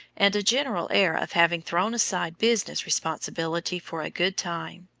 and a general air of having thrown aside business responsibility for a good time.